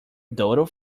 doodle